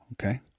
Okay